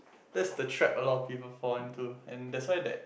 that's the trap a lot of people fall into and that's why that